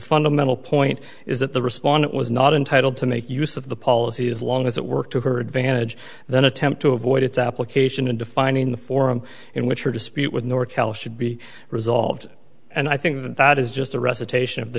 fundamental point is that the respondent was not entitled to make use of the policy as long as it worked to her advantage then attempt to avoid its application in defining the forum in which her dispute with nortel should be resolved and i think that is just a recitation of the